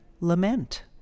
lament